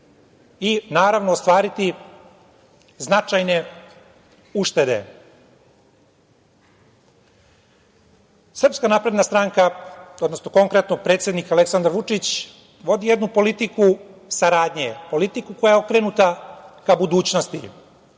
i naravno, ostvariti značajne uštede. Srpska napredna stranka, odnosno konkretno predsednik Aleksandar Vučić vodi jednu politiku saradnje, politiku koja je okrenuta ka budućnosti